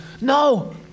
No